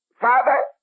Father